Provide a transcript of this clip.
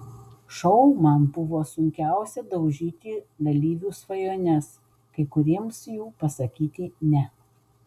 šou man buvo sunkiausia daužyti dalyvių svajones kai kuriems jų pasakyti ne